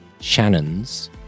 Shannon's